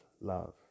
Love